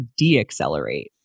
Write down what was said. deaccelerate